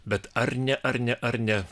bet ar ne ar ne ar ne